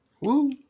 Woo